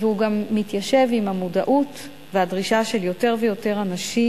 והוא גם מתיישב עם המודעות והדרישה של יותר ויותר אנשים